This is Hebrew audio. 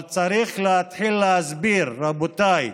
צריך להתחיל להסביר, רבותיי,